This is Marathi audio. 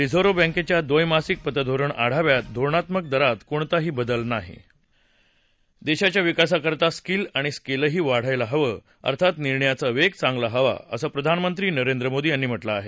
रिझर्व्ह बँकेच्या द्वैमासिक पतधोरण आढाव्यात धोरणात्मक दरात कोणताही बदल नाही देशाच्या विकासाकरता स्किल आणि स्केलही वाढायला हवं अर्थात निर्णयाचा वेग चांगला हवा असं प्रधानमंत्री नरेंद्र मोदी यांनी म्हटलं आहे